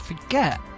forget